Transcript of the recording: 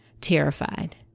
terrified